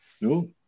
no